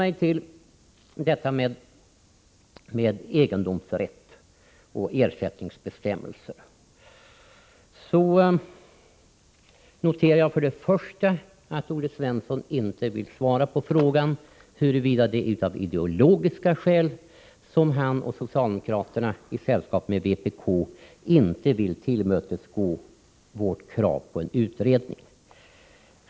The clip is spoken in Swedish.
För att hålla mig till egendomsrätt och ersättningsbestämmelser noterar jag till att börja med att Olle Svensson inte vill svara på frågan huruvida det är av ideologiska skäl som han och övriga socialdemokrater, i sällskap med vpk, inte är villiga att tillmötesgå vårt krav på en utredning.